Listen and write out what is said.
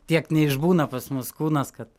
tiek neišbūna pas mus kūnas kad